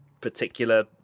particular